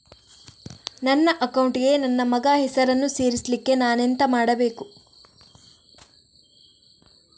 ನನ್ನ ಅಕೌಂಟ್ ಗೆ ನನ್ನ ಮಗನ ಹೆಸರನ್ನು ಸೇರಿಸ್ಲಿಕ್ಕೆ ನಾನೆಂತ ಮಾಡಬೇಕು?